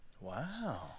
Wow